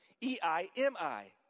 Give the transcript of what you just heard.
E-I-M-I